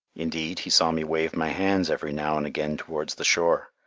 indeed, he saw me wave my hands every now and again towards the shore.